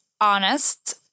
honest